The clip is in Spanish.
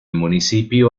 municipio